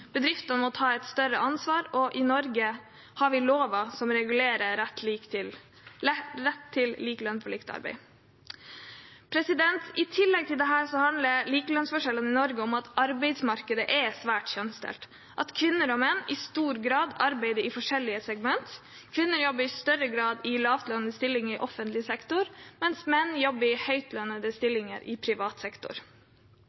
bedriftene må ta et større ansvar, og i Norge har vi lover som regulerer rett til lik lønn for likt arbeid. I tillegg til dette handler lønnsforskjellene i Norge om at arbeidsmarkedet er svært kjønnsdelt, at kvinner og menn i stor grad arbeider i forskjellige segment. Kvinner jobber i større grad i lavtlønnede stillinger i offentlig sektor, mens menn jobber i høytlønnede